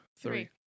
three